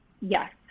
Yes